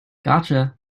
gotcha